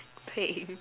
playing